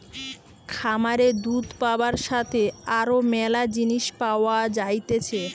খামারে দুধ পাবার সাথে আরো ম্যালা জিনিস পাওয়া যাইতেছে